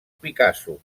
picasso